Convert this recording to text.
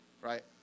right